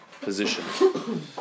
position